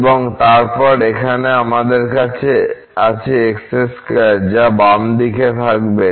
এবং তারপর এখানে আমাদের কাছে আছে x2 যা বাম দিকে থাকবে